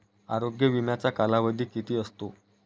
आरोग्य विम्याचा कालावधी किती असतो?